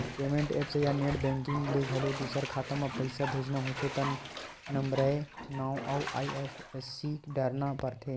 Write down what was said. payment apps या net banking ले घलो दूसर खाता म पइसा भेजना होथे त नंबरए नांव अउ आई.एफ.एस.सी डारना परथे